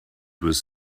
was